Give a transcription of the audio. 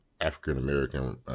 African-American